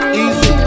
easy